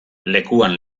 lekuan